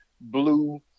blue